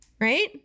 right